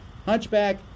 Hunchback